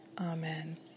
Amen